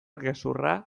gezurra